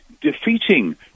defeating